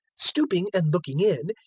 stooping and looking in,